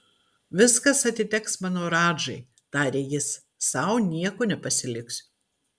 viskas atiteks mano radžai tarė jis sau nieko nepasiliksiu